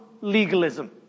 legalism